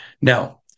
Now